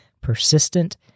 persistent